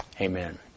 amen